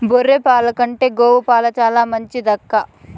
బర్రె పాల కంటే గోవు పాలు చాలా మంచిదక్కా